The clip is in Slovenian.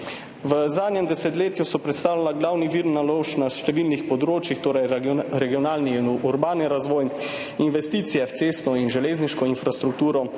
V zadnjem desetletju so predstavljala glavni vir naložb na številnih področjih, torej regionalni in urbani razvoj, investicije v cestno in železniško infrastrukturo,